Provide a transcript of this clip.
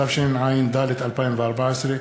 התשע"ד 2014,